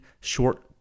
short